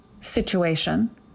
situation